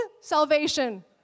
salvation